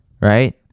right